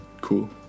Cool